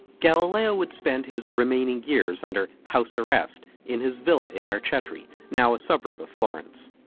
galileo would spend his remaining years under house arrest in his villa in arcetri, now a suburb of florence.